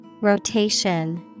Rotation